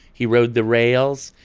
he rode the rails.